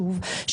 שוב,